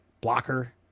blocker